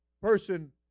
person